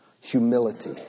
humility